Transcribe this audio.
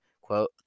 quote